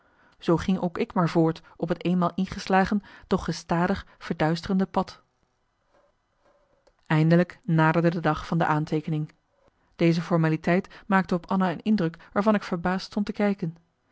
zoo ging ook ik maar voort op het eenmaal ingeslagen doch gestadig verduisterende pad eindelijk naderde de dag van de aanteekening deeze formaliteit maakte op anna een indruk waarvan ik verbaasd stond te kijken